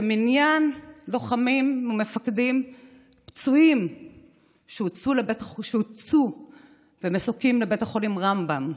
כמניין לוחמים ומפקדים פצועים שהוטסו במסוקים לבית החולים רמב"ם.